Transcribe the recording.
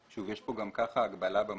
יש גם כך הגבלה במקור,